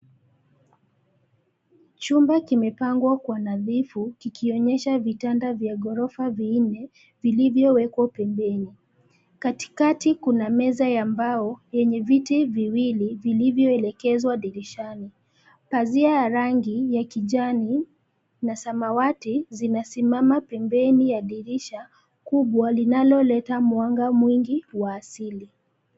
Chumba kimepangwa kwa nadhifu; kikionyesha vitanda vya gorofa vinne vilivyowekwa pembeni. Katikati kuna meza ya mbao yenye viti viwili vilivyoelekezwa dirishani. Pazia ya rangi ya kijani na samawati zinasimama pembeni ya dirisha kubwa, linaloleta mwanga mwingi wa asili.